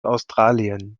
australien